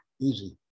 Easy